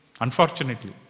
unfortunately